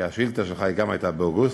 כי השאילתה שלך גם היא הייתה באוגוסט,